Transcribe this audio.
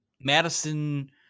Madison